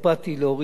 לאורית ארז,